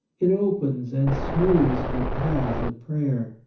it opens and smooths the paths of prayer.